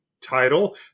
Title